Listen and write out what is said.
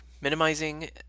minimizing